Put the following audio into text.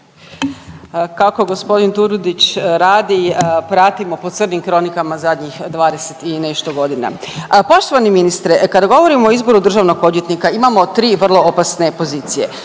Kako g. Turudić radi pratimo po crnim kronikama zadnjih 20 i nešto godina. Poštovani ministre, kada govorimo o izboru državnog odvjetnika, imamo 3 vrlo opasne pozicije.